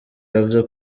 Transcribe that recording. yavuze